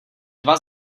dva